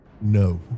No